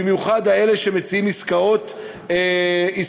במיוחד אלה שמציעים עסקאות מתמשכות.